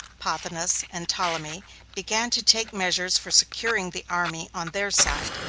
pothinus and ptolemy began to take measures for securing the army on their side.